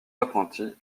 apprentis